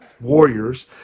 Warriors